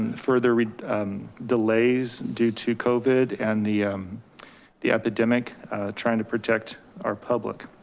further delays due to covid and the the epidemic trying to protect our public.